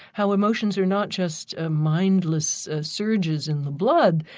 how emotions are not just ah mindless syringes in the blood,